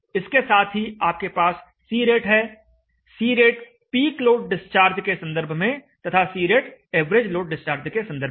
इसके साथ ही आपके पास C रेट है C rate peak load discharge के संदर्भ में तथा C rate average load discharge के संदर्भ में